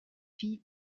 fille